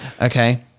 Okay